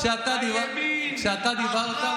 כשאתה דיברת,